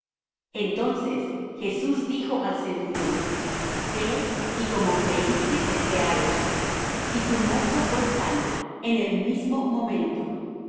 entonces jesús dijo al centurión ve y como creiste te sea hecho y su mozo fué sano en el mismo momento